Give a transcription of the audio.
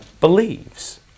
believes